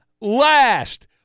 last